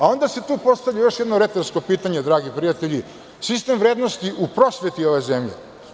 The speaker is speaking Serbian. Onda se tu postavlja još jedno retorsko pitanje, dragi prijatelji - sistem vrednosti u prosveti ove zemlje.